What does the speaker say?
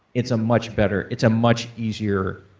it's a much better, it's a much easier,